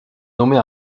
nommée